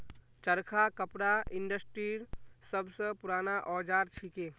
चरखा कपड़ा इंडस्ट्रीर सब स पूराना औजार छिके